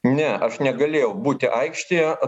ne aš negalėjau būti aikštėje